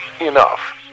Enough